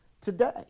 today